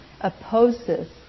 opposes